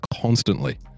constantly